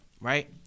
Right